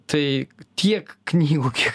tai tiek knygų kiek